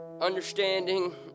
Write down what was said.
Understanding